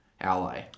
ally